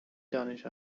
دانش